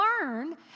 learn